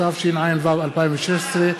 התשע"ו 2016,